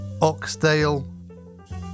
Oxdale